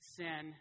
sin